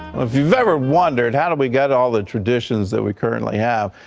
if you've ever wondered how did we get all the traditions that we currently have?